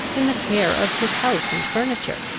in the care of his house and furniture,